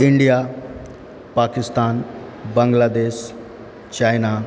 India Pakistan Bangladesh China